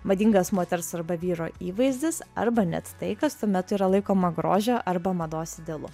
madingas moters arba vyro įvaizdis arba net tai kas tuomet yra laikoma grožio arba mados idealu